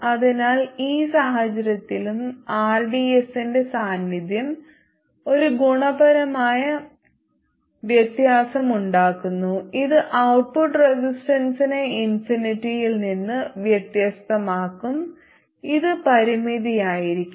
അതിനാൽ ഈ സാഹചര്യത്തിലും rds ന്റെ സാന്നിദ്ധ്യം ഒരു ഗുണപരമായ വ്യത്യാസമുണ്ടാക്കുന്നു ഇത് ഔട്ട്പുട്ട് റെസിസ്റ്റൻസിനെ ഇൻഫിനിറ്റിയിൽ നിന്ന് വ്യത്യസ്തമാക്കും ഇത് പരിമിതമായിരിക്കും